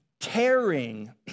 Tearing